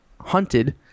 hunted